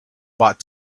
bought